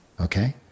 Okay